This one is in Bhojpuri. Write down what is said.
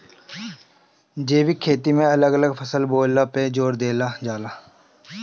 जैविक खेती में अलग अलग फसल बोअला पे जोर देहल जाला